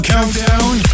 Countdown